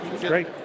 Great